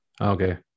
Okay